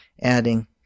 adding